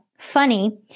funny